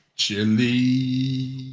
Chili